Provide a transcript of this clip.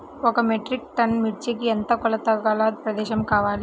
ఒక metric tonne మిర్చికి ఎంత కొలతగల ప్రదేశము కావాలీ?